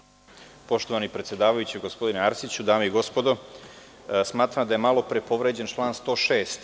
Poštovani predsedavajući gospodine Arsiću, dame i gospodo, smatram da je malopre povređen član 106.